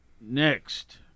next